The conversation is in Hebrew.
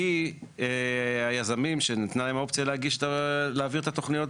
כי היזמים שניתנה להם האופציה להעביר את התוכניות,